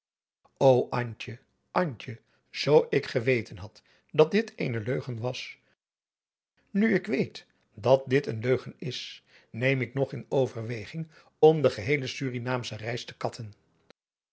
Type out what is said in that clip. zoo ik geweten had dat dit eene leugen was nu ik weet dat dit een leugen is neem ik nog in overweging om de geheele surinaamsche reis te katten